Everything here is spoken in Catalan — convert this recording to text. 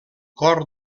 cor